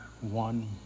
one